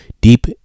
deep